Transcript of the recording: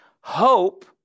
Hope